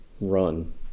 run